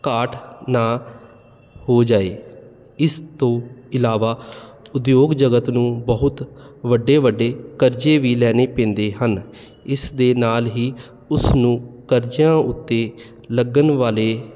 ਘਾਟ ਨਾ ਹੋ ਜਾਏ ਇਸ ਤੋਂ ਇਲਾਵਾ ਉਦਯੋਗ ਜਗਤ ਨੂੰ ਬਹੁਤ ਵੱਡੇ ਵੱਡੇ ਕਰਜ਼ੇ ਵੀ ਲੈਣੇ ਪੈਂਦੇ ਹਨ ਇਸ ਦੇ ਨਾਲ ਹੀ ਉਸਨੂੰ ਕਰਜ਼ਿਆਂ ਉੱਤੇ ਲੱਗਣ ਵਾਲੇ